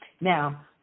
Now